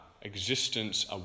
existence